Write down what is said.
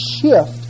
shift